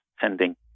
sending